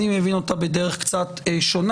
אני מבין אותה בדרך קצת שונה.